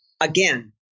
again